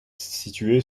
situé